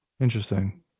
Interesting